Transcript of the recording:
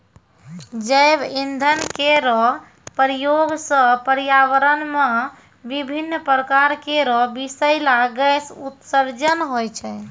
जैव इंधन केरो प्रयोग सँ पर्यावरण म विभिन्न प्रकार केरो बिसैला गैस उत्सर्जन होय छै